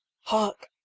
Hark